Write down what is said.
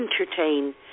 entertain